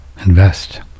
invest